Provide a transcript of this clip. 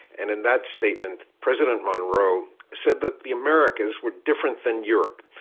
and in that statement, president monroe said that the americas were different than europe,